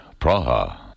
Praha